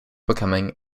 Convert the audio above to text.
becoming